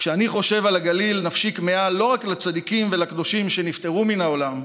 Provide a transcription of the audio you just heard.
כשאני חושב על הגליל נפשי כמהה לא רק לצדיקים ולקדושים שנפטרו מן העולם,